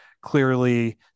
clearly